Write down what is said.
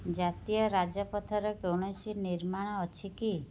ଜାତୀୟ ରାଜପଥରେ କୌଣସି ନିର୍ମାଣ ଅଛି କି